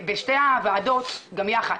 בשתי הוועדות גם יחד,